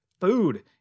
food